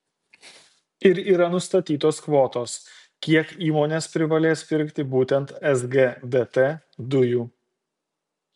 ir yra nustatytos kvotos kiek įmonės privalės pirkti būtent sgdt dujų